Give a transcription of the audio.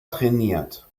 trainiert